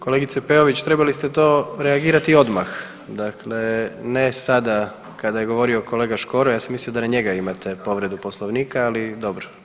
Kolegice Peović, trebali ste to reagirati odmah, dakle ne sada kada je govorio kolega Škoro, ja sam mislio da na njega imate povredu Poslovnika, ali dobro.